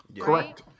correct